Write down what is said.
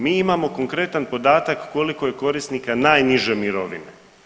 Mi imamo konkretan podatak koliko je korisnika najniže mirovine.